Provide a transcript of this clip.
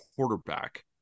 Quarterback